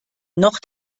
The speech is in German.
noch